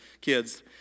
kids